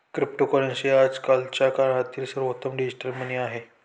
cryptocurrency आजच्या काळातील सर्वोत्तम डिजिटल मनी आहे